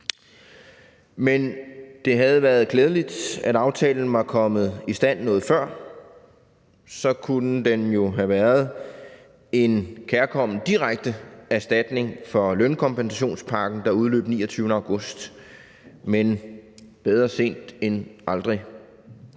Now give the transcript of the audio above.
Men det havde været klædeligt, om aftalen var kommet i stand noget før, for så kunne den jo have været en kærkommen direkte erstatning for lønkompensationspakken, der udløb 29. august – men bedre sent end aldrig.